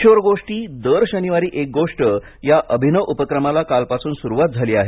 किशोर गोष्टी दर शनिवारी एक गोष्ट या अभिनव उपक्रमाला कालपासून सुरुवात झाली आहे